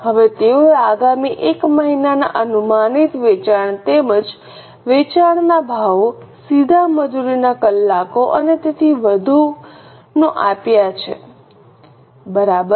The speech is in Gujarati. હવે તેઓએ આગામી એક મહિનાના અનુમાનિત વેચાણ તેમજ વેચાણના ભાવો સીધા મજૂરીના કલાકો અને તેથી વધુનો આપ્યા છે બરાબર